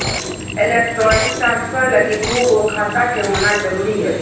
electronic transfer लगी दू गो खाता के होना जरूरी हय